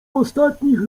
ostatnich